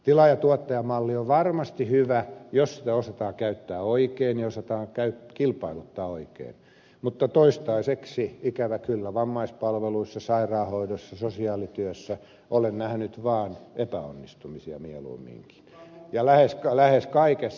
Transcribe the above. tilaajatuottaja malli on varmasti hyvä jos sitä osataan käyttää oikein ja osataan kilpailuttaa oikein mutta toistaiseksi ikävä kyllä vammaispalveluissa sairaanhoidossa sosiaalityössä olen nähnyt epäonnistumisia mieluumminkin lähes kaikessa